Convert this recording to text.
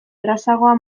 errazago